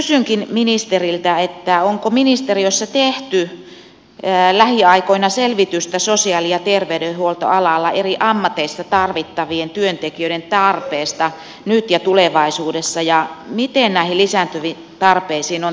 kysynkin ministeriltä onko ministeriössä tehty lähiaikoina selvitystä sosiaali ja terveydenhuoltoalalla eri ammateissa tarvittavien työntekijöiden tarpeesta nyt ja tulevaisuudessa ja miten näihin lisääntyviin tarpeisiin on tarkoitus vastata